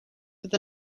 with